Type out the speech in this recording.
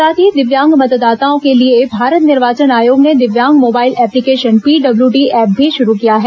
साथ ही दिव्यांग मतदाताओं के भारत निर्वाचन आयोग ने दिव्यांग मोबाइल एप्लीकेशन पीडब्ल्यूडी ऐप भी शुरू किया है